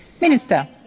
Minister